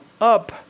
up